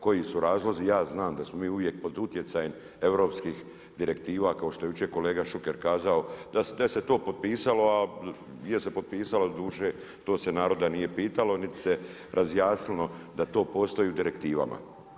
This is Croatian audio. Koji su razlozi, ja znam da smo mi uvijek pod utjecajem europskih direktiva kao što je jučer kolega Šuker kazao, da se je to potpisalo a je se potpisalo, doduše to se naroda nije pitalo niti se razjasnilo da to postoji u direktivama.